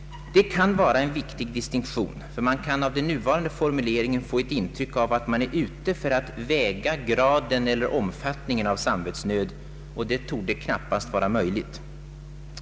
Det kan vara en viktig distinktion, ty den nuvarande formuleringen kan ge ett intryck av att man är ute för att väga graden eller omfattningen av samvetsnöd, och det torde knappast vara möjligt.